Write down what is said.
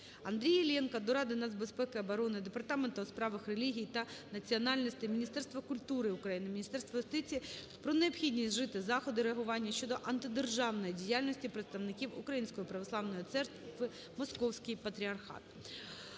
Андрія Іллєнка до Ради нацбезпеки і оборони України, Департаменту у справах релігій та національностей Міністерства культури України, Міністерства юстиції України про необхідність вжиття заходів реагування щодо антидержавної діяльності представників Української Православної Церкви (Московський Патріархат).